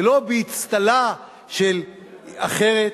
ולא באצטלה אחרת.